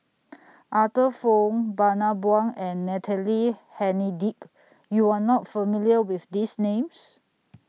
Arthur Fong Bani Buang and Natalie Hennedige YOU Are not familiar with These Names